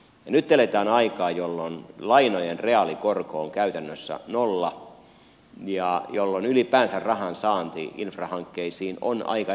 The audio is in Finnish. nyt eletään aikaa jolloin lainojen reaalikorko on käytännössä nolla ja jolloin ylipäänsä rahan saanti infrahankkeisiin on aika edullista